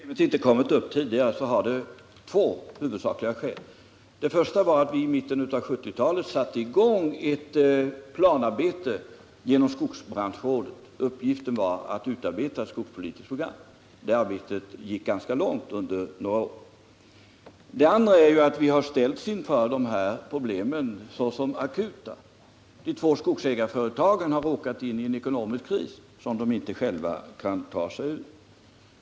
Herr talman! Om detta problem inte har kommit upp tidigare, så är det av två huvudsakliga skäl. Det första är att vi i mitten av 1970-talet satte i gång ett planarbete genom skogsbranschrådet. Uppgiften var att utarbeta ett skogspolitiskt program. Det arbetet gick ganska långt under några år. Det andra skälet är att vi ställdes inför dessa problem såsom akuta. De två skogsägarföretagen har råkat in i en ekonomisk kris som de inte själva kan ta sig ur.